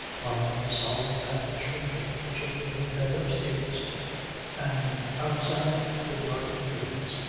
fyne solemn and shrinking the children in bed upstairs and outside the dark fields,